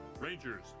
Rangers